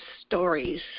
stories